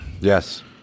Yes